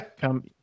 come